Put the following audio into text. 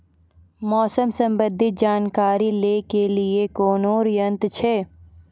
मौसम संबंधी जानकारी ले के लिए कोनोर यन्त्र छ?